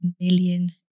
million